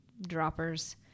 droppers